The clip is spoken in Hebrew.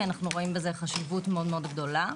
כי אנחנו רואים בזה חשיבות מאוד מאוד גדולה.